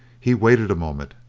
he waited a moment,